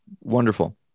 wonderful